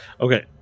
Okay